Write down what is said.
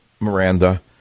Miranda